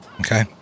Okay